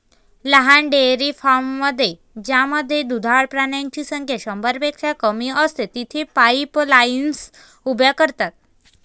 लहान डेअरी फार्ममध्ये ज्यामध्ये दुधाळ प्राण्यांची संख्या शंभरपेक्षा कमी असते, तेथे पाईपलाईन्स उभ्या करतात